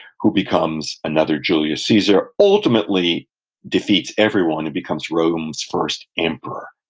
who becomes another julius caesar, ultimately defeats everyone and becomes rome's first emperor.